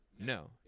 No